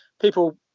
People